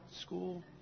school